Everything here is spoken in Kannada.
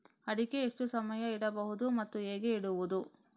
ಅಡಿಕೆ ಎಷ್ಟು ಸಮಯ ಇಡಬಹುದು ಮತ್ತೆ ಹೇಗೆ ಇಡುವುದು?